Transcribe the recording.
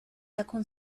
تكن